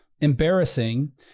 embarrassing